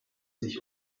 sich